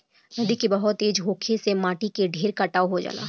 नदी के बहाव तेज होखे से माटी के ढेर कटाव हो जाला